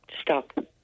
Stop